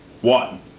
One